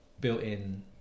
built-in